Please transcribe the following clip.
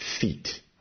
feet